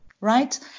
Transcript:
right